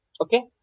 okay